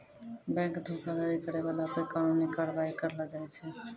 bank धोखाधड़ी करै बाला पे कानूनी कारबाइ करलो जाय छै